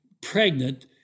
pregnant